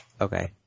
Okay